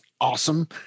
awesome